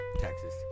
Texas